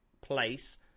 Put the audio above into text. place